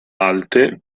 alte